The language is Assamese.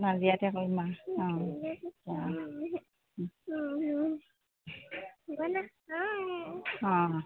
নাজিৰাতে কৰিম আ অঁ অঁ অঁ